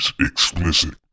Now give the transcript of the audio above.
explicit